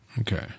Okay